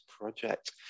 Project